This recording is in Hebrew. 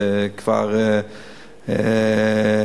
זה כבר התרחב